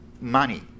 money